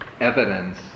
evidence